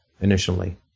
initially